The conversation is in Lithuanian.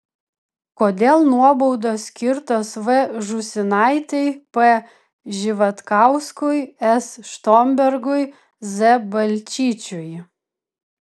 kodėl nuobaudos skirtos v žūsinaitei p živatkauskui s štombergui z balčyčiui